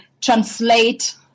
translate